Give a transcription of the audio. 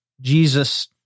Jesus